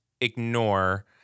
ignore